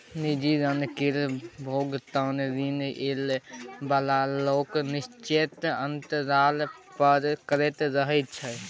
निजी ऋण केर भोगतान ऋण लए बला लोक निश्चित अंतराल पर करैत रहय छै